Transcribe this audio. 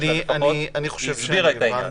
אני חושב שהבנתי.